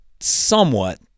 somewhat